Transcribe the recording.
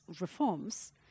reforms